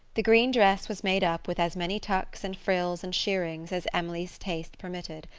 the green dress was made up with as many tucks and frills and shirrings as emily's taste permitted.